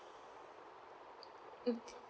mm